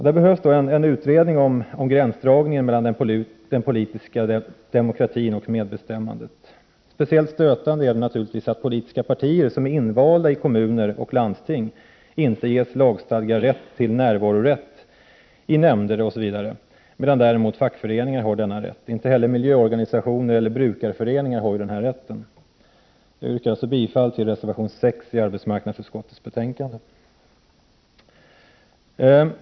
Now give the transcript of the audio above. Det behövs en utredning om gränsdragningen mellan den politiska demokratin och medbestämmandet. Speciellt stötande är det naturligtvis att representanter för politiska partier, som är invalda i kommuner och landsting, inte ges lagstadgad rätt att närvara vid nämndsammanträden och annat, medan däremot företrädare för fackföreningar har denna rätt. Inte heller miljöorganisationer och brukarföreningar omfattas av denna rätt. Jag yrkar alltså bifall till reservation 6 i arbetsmarknadsutskottets betänkande 4.